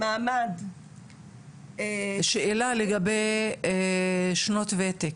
שאלה לגבי שנות וותר,